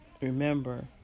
Remember